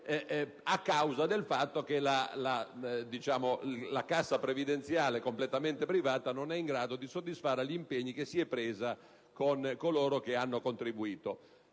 quando la cassa previdenziale completamente privata non è in grado di soddisfare agli impegni assunti con coloro che hanno contribuito.